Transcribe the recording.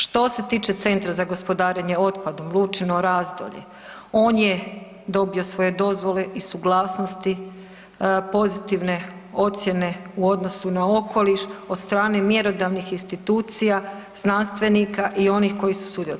Što se tiče Centra za gospodarenje otpadom Lučino Razdolje ono je dobilo svoje dozvole i suglasnosti pozitivne ocjene u odnosu na okoliš od strane mjerodavnih institucija, znanstvenika i onih koji su sudjelovali.